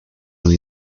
una